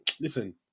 listen